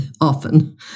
often